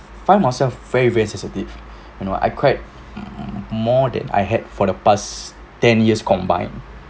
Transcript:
find myself very very sensitive you know I cried more than I had for the past ten years combined